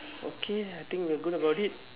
okay I think we're good about it